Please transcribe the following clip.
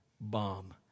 bomb